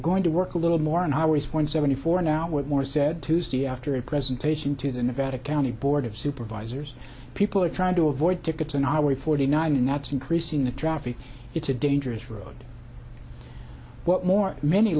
going to work a little more and i was one seventy four now with more said tuesday after a presentation to the nevada county board of supervisors people are trying to avoid tickets and i weigh forty nine and that's increasing the traffic it's a dangerous road but more many